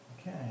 Okay